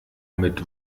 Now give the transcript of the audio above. mit